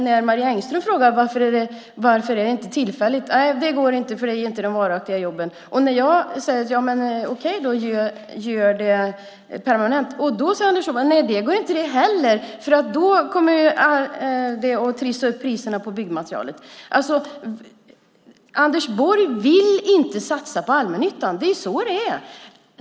När Marie Engström frågar varför det inte är tillfälligt svarar han: Det går inte, för det ger inte de varaktiga jobben. Då säger jag: Okej, gör det permanent! Då säger Anders Borg: Nej, det går inte heller, för då kommer det att trissa upp priserna på byggmaterialet. Anders Borg vill inte satsa på allmännyttan - så är det.